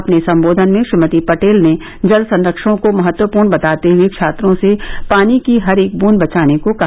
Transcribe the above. अपने संबोधन में श्रीमती पटेल ने जल संरक्षण को महत्वपूर्ण बताते हुए छात्रों से पानी की हर एक बूंद बचाने को कहा